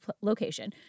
location